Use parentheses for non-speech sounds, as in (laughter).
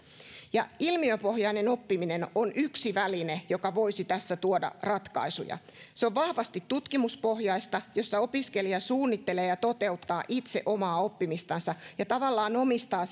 ilmiöpohjainen oppiminen on yksi väline joka voisi tässä tuoda ratkaisuja se on vahvasti tutkimuspohjaista ja siinä opiskelija suunnittelee ja toteuttaa itse omaa oppimistansa ja tavallaan omistaa (unintelligible)